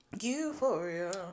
euphoria